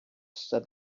said